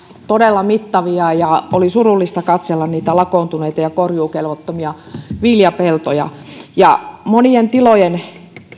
todella mittavia ja oli surullista katsella niitä lakoontuneita ja korjuukelvottomia viljapeltoja monien tilojen